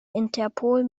interpol